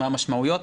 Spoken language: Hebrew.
מה המשמעויות.